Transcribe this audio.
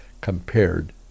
compared